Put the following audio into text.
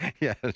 Yes